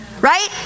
Right